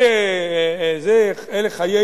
אלה חיי